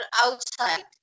outside